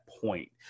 point